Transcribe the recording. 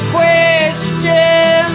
question